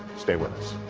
stay with us